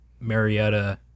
Marietta